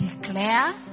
declare